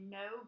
no